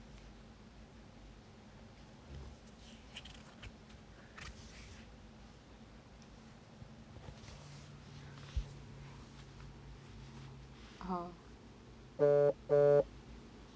(uh huh)